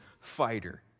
fighter